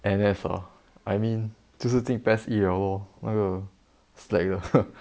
N_S ah I mean 就是进 PES E 了 lor 那个 slack 的